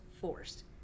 forced